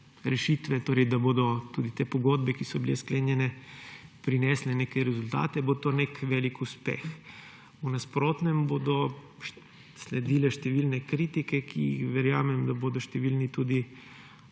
rešitve, torej da bodo tudi te pogodbe, ki so bile sklenjene, prinesle neke rezultate, bo to nek velik uspeh, v nasprotnem bodo sledile številne kritike, ki verjamem, da jih bodo številni tudi